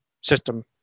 system